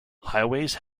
highways